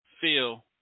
feel